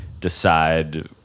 decide